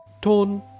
Tone